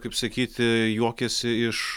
kaip sakyti juokiasi iš